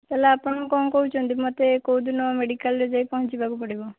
ତାହେଲେ ଆପଣ କ'ଣ କହୁଛନ୍ତି ମୋତେ କେଉଁଦିନ ମେଡ଼ିକାଲରେ ଯାଇ ପହଞ୍ଚିବାକୁ ପଡ଼ିବ